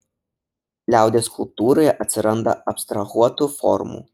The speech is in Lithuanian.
liaudies skulptūroje atsiranda abstrahuotų formų